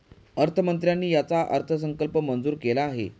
अर्थमंत्र्यांनी याचा अर्थसंकल्प मंजूर केला आहे